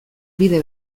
bide